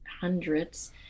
hundreds